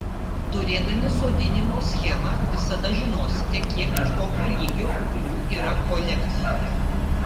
turėdami sodinimo schemą visada žinosite kiek ir kokio lygio ūglių yra kolekcijoje